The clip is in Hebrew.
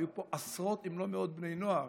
היו פה עשרות אם לא מאות בני נוער,